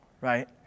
Right